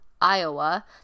iowa